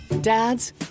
Dads